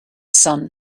sun